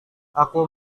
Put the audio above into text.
aku